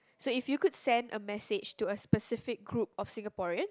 so if you could send a message to a specific group of Singaporean